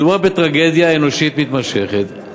מדובר בטרגדיה אנושית מתמשכת,